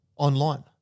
online